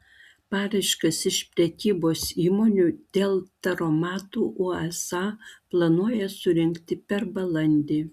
paraiškas iš prekybos įmonių dėl taromatų usa planuoja surinkti per balandį